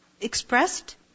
expressed